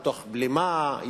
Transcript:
מתוך בלימה,